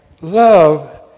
love